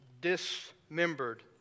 dismembered